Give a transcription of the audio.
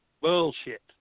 Bullshit